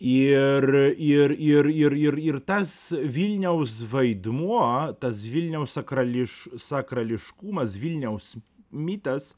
ir ir ir ir ir tas vilniaus vaidmuo tas vilniaus sakrališ sakrališkumas vilniaus mitas